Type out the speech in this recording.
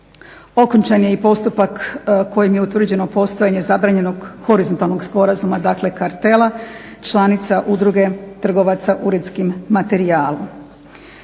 Okončan je i postupak kojim je utvrđeno postojanje zabranjenog horizontalnog sporazuma, dakle kartela članica udruge trgovaca uredskim materijalom.